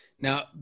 Now